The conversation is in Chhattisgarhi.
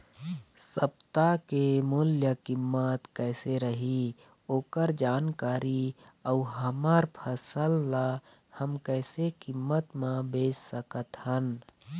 सप्ता के मूल्य कीमत कैसे रही ओकर जानकारी अऊ हमर फसल ला हम कैसे कीमत मा बेच सकत हन?